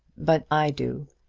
but i do.